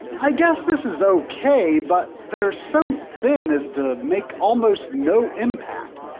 i guess this is ok, but they're so thin as to make almost no impact?